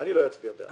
אני לא אצביע בעד.